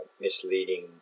misleading